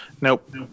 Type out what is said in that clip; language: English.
Nope